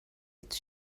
its